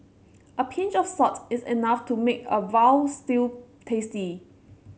a pinch of salt is enough to make a veal stew tasty